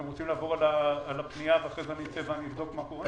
אתם רוצים לעבור על הפנייה ולאחר מכן אני אצא ואבדוק מה קורה?